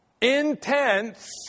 intense